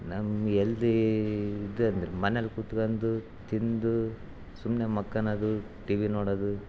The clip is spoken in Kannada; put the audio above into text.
ನಮ್ಮ ಯೆಲ್ದಿ ಇದು ಅಂದ್ರೆ ಮನೇಲ್ಲಿ ಕುತ್ಗಂಡು ತಿಂದು ಸುಮ್ಮನೆ ಮಕ್ಕಳದು ಟಿ ವಿ ನೋಡೋದು